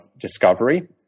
discovery